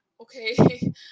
okay